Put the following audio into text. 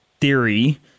theory